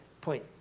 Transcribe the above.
point